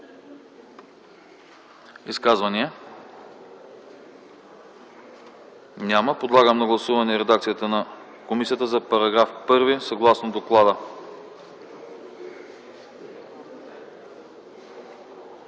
Изказвания? Няма. Подлагам на гласуване редакцията на комисията за текста на § 5, съгласно доклада.